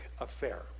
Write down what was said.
affair